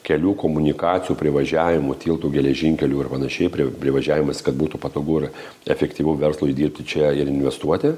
kelių komunikacijų privažiavimų tiltų geležinkelių ir panašiai privažiavimas kad būtų patogu ir efektyvu verslui dirbti čia ir investuoti